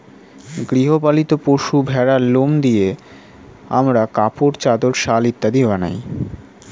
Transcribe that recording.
গৃহ পালিত পশু ভেড়ার লোম দিয়ে আমরা কাপড়, চাদর, শাল ইত্যাদি বানাই